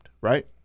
right